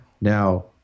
Now